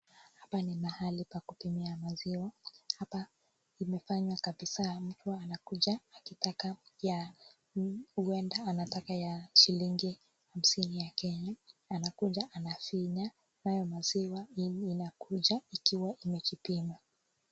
Hapa ni mahali ya kupimia maziwa. Hapa imefanyaa kabisa mtu anakuja akitaka ya huenda anataka ya shilingi hamsini ya Kenya ,anakuja anafinya, nayo maziwa inakuja ikiwa imejipima.